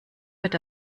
wird